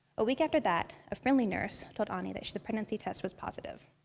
a week after that, a friendly nurse told anie that the pregnancy test was positive.